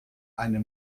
eine